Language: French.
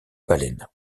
baleine